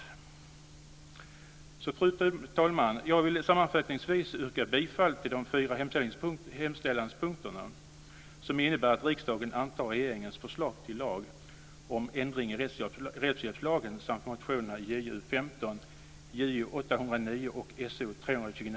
Fru talman! Jag vill sammanfattningsvis yrka bifall till de fyra hemställanspunkterna, som innebär att riksdagen antar regeringens förslag till lag om ändring i rättshjälpslagen samt att motionerna Ju15,